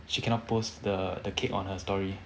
she cannot post the the cake on her story